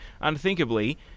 unthinkably